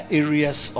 areas